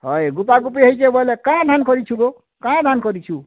ହଏ ଗୁପାଗୁପି ହେଇଛେ ବୋଲେ କାଁ ଧାନ୍ କରିଛୁ ଗୋ କାଁ ଧାନ୍ କରିଛୁ